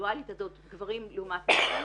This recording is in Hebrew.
הדואלית הזאת, גברים לעומת נשים,